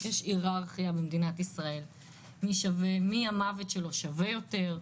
יש דירוג מי המוות שלו שווה יותר.